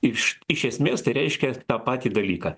iš iš esmės tai reiškia tą patį dalyką